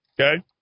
Okay